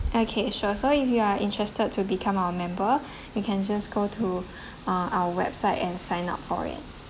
okay sure so if you are interested to become our member you can just go to uh our website and sign up for it